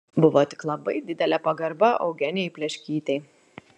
buvo tik labai didelė pagarba eugenijai pleškytei